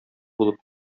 булып